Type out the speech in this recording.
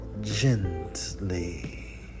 gently